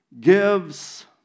gives